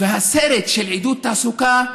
והסרט של עידוד תעסוקה,